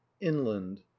inland